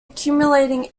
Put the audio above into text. accumulating